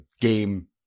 game